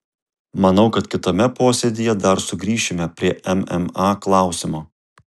manau kad kitame posėdyje dar sugrįšime prie mma klausimo